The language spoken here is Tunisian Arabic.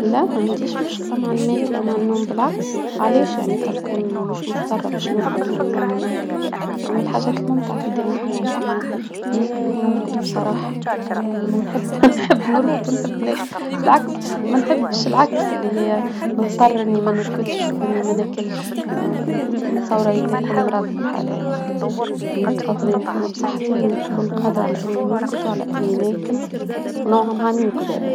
لا ما عنديش مشكلة مع الميك او مع النوم بالعكس. معلش يعني انت تكون مش مضطرة باش نرقد وناكل. اما الحاجات الممتعة في دنيتنا اللي احنا ناكله ونرقد بصراحة نحب نرقد ونحب ناكل. بالعكس. ما نحبش العكس اللي هي مضطرة اني ما نركدش واني ما ناكلش. آآ متصاور ها هي تيكونو مراض في الحالة هاديك قادرين نكونو فصحتب واني نكون قادرة على اني نرقد وعلى اني ناكل